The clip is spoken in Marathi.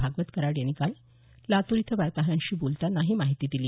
भागवत कराड यांनी काल लातूर इथं वार्ताहरांशी बोलतांना ही माहिती दिली